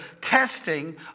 testing